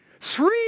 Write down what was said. Three